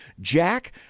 Jack